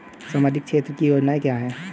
सामाजिक क्षेत्र की योजनाएं क्या हैं?